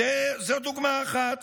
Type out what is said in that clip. זאת דוגמה אחת.